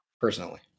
Personally